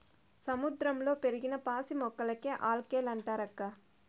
సముద్రంలో పెరిగిన పాసి మొక్కలకే ఆల్గే లంటారక్కా